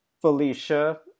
Felicia